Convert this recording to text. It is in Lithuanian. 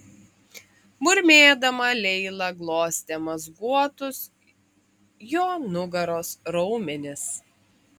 murmėdama leila glostė mazguotus jo nugaros raumenis